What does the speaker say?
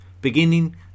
beginning